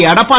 Edappadi